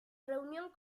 reunión